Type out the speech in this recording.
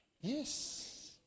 Yes